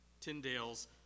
Tyndale's